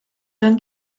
than